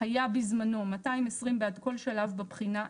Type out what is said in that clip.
היה בזמנו 220 בעד כל שלב בבחינה.